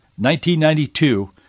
1992